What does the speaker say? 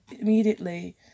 immediately